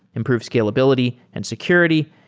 improve scalability and security,